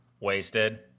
Wasted